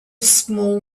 small